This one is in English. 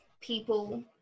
people